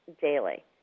daily